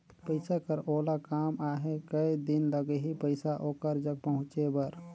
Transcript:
पइसा कर ओला काम आहे कये दिन लगही पइसा ओकर जग पहुंचे बर?